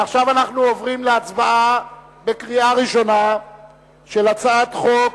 ועכשיו אנחנו עוברים להצבעה בקריאה ראשונה על הצעת חוק